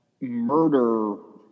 murder